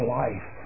life